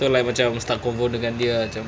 so like macam start conversation dengan dia ah cam